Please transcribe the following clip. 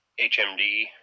HMD